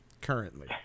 Currently